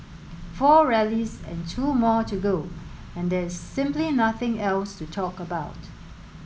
four rallies and two more to go and there is simply nothing else to talk about